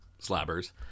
slabbers